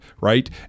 right